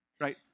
Right